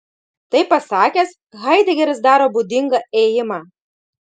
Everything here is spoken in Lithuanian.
tai pasakęs haidegeris daro būdingą ėjimą